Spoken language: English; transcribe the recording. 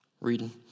Reading